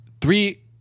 three